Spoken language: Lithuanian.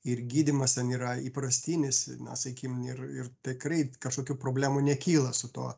ir gydymas ten yra įprastinis na sakykim ir ir tekrai kažkokių problemų nekyla su tuo